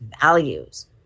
values